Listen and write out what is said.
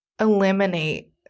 eliminate